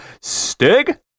Stig